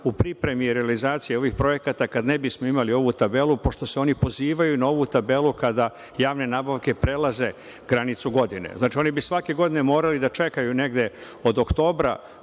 u pripremi i realizaciji ovih projekata kada ne bismo imali ovu tabelu, pošto se oni pozivaju na ovu tabelu kada javne nabavke prelaze granicu godine. Znači, oni bi svake godine morali da čekaju negde od